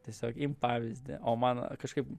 tiesiog imk pavyzdį o man kažkaip